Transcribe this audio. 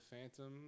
Phantom